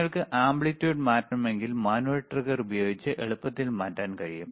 നിങ്ങൾക്ക് ആംപ്ലിറ്റ്യൂഡ് മാറ്റണമെങ്കിൽ manual trigger ഉപയോഗിച്ച് എളുപ്പത്തിൽ മാറ്റാൻ കഴിയും